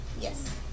Yes